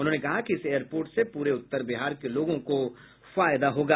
उन्होंने कहा कि इस एयरपोर्ट से पूरे उत्तर बिहार के लोगों को फायदा होगा